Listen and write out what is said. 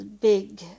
big